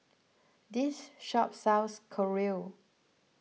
this shop sells Korea